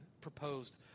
proposed